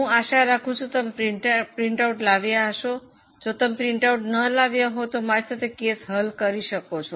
હું આશા રાખું છું કે તમે પ્રિન્ટઆઉટ લાવીયા હશે જો તમે પ્રિન્ટઆઉટ ન લાવીયા હોય તો મારી સાથે કેસ હલ કરી શકો છો